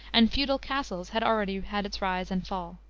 and feudal castles had already had its rise and fall.